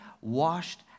washed